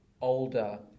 older